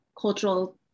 cultural